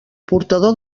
portador